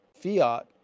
fiat